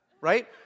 Right